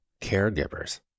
caregivers